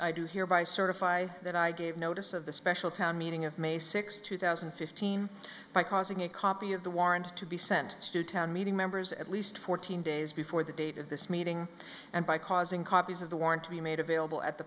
i do hereby certify that i gave notice of the special town meeting of may sixth two thousand and fifteen by causing a copy of the warrant to be sent to town meeting members at least fourteen days before the date of this meeting and by causing copies of the warrant to be made available at the